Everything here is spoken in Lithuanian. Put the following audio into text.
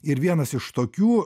ir vienas iš tokių